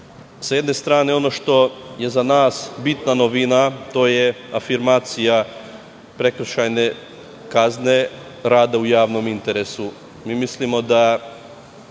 Sa jedne strane, ono što je za nas bitna novina, to je afirmacija prekršajne kazne rada u javnom interesu. Mislimo da